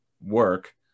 work